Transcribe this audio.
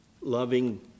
loving